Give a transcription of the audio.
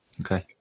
Okay